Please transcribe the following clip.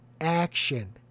action